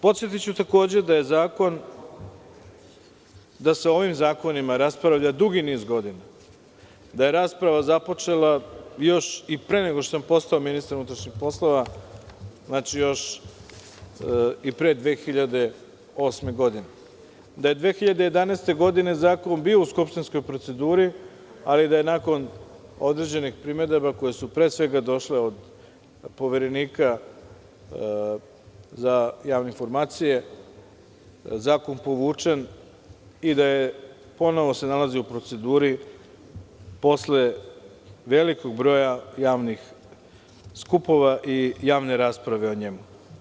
Podsetiću, takođe, da se o ovim zakonima raspravlja dugi niz godina, da je rasprava započela još i pre nego što sam postao ministar MUP, znači, još i pre 2008. godine, da je 2011. godine zakon bio u skupštinskoj proceduri, ali da je nakon određenih primedbi koje su, pre svega, došle od Poverenika za javne informacije, zakon je povučen i da se ponovo nalazi u proceduri posle velikog broja javnih skupova i javne rasprave o njemu.